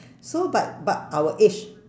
so but but our age